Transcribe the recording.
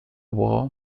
war